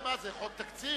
מה זה, חוק תקציב?